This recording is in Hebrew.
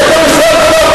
אתה מזלזל בבית-המחוקקים?